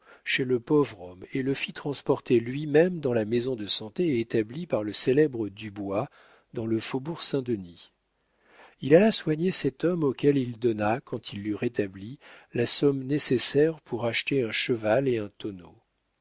chez le pauvre homme et le fit transporter lui-même dans la maison de santé établie par le célèbre dubois dans le faubourg saint-denis il alla soigner cet homme auquel il donna quand il l'eut rétabli la somme nécessaire pour acheter un cheval et un tonneau